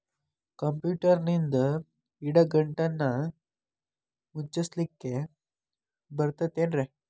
ಕಂಪ್ಯೂಟರ್ನಿಂದ್ ಇಡಿಗಂಟನ್ನ ಮುಚ್ಚಸ್ಲಿಕ್ಕೆ ಬರತೈತೇನ್ರೇ?